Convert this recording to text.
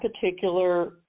particular